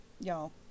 Y'all